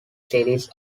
series